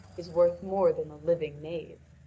is worth more than a living knave.